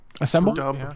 Assemble